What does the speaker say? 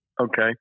Okay